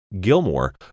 Gilmore